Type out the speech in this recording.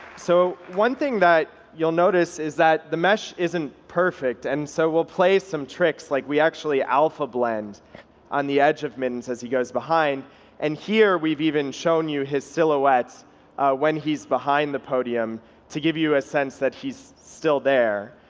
so one thing that you'll notice is that the mesh isn't perfect, and so we'll play some tricks, like we actually alpha blend on the edge of mittens as he goes behind and here we've even show you his silhouette when he's behind the podium to give you a sense that he's still there.